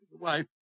wife